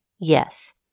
yes